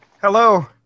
Hello